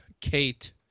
Kate